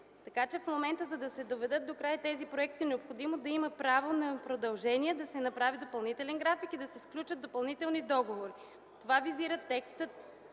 Така че, в момента за да се доведат докрай тези проекти, е необходимо да има право на продължение, да се направи допълнителен график и да се сключат допълнителни договори. Това визира текстът.